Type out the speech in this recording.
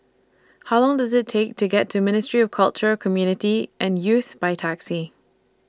How Long Does IT Take to get to Ministry of Culture Community and Youth By Taxi